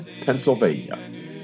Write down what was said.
Pennsylvania